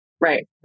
Right